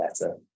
better